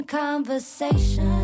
conversation